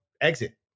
exit